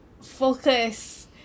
focus